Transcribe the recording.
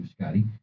Scotty